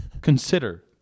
consider